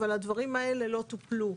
אבל הדברים האלה לא טופלו.